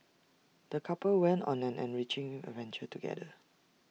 the couple went on an enriching adventure together